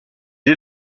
est